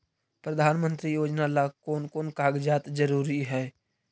प्रधानमंत्री योजना ला कोन कोन कागजात जरूरी है?